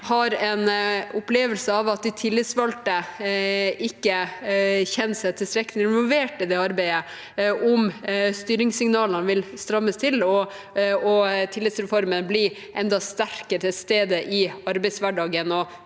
har en opplevelse av at de tillitsvalgte ikke kjenner seg tilstrekkelig involvert i det arbeidet, om styringssignalene vil strammes til og tillitsreformen vil bli enda sterkere til stede i arbeidshverdagen